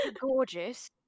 Gorgeous